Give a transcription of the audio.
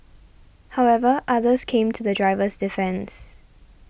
however others came to the driver's defence